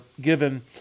given